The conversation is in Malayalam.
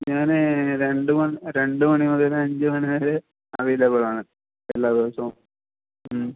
ഞാൻ രണ്ട് രണ്ട് മണി മുതൽ അഞ്ച് മണി വരെ അവൈലബിളാണ് എല്ലാ ദിവസവും മ്